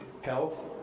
health